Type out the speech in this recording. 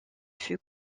fut